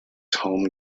home